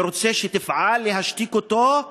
אני רוצה שתפעל להשתיק אותו,